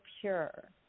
pure